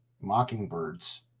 Mockingbirds